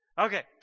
Okay